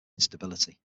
instability